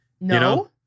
No